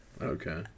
okay